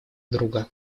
друга